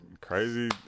Crazy